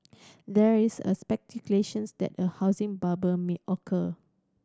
there is a speculation that a housing bubble may occur